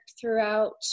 throughout